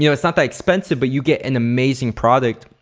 you know it's not that expensive but you get an amazing product.